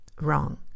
wrong